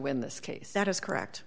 win this case that is correct